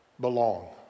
belong